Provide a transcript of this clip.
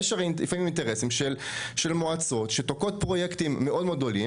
יש לפעמים אינטרסים של מועצות שתוקעות פרויקטים מאוד מאוד גדולים